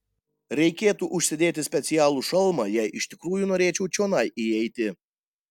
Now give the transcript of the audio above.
reikėtų užsidėti specialų šalmą jei iš tikrųjų norėčiau čionai įeiti